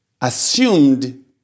assumed